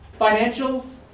Financials